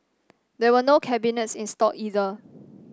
there were no cabinets installed either